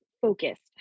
focused